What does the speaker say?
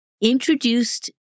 introduced